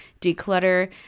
declutter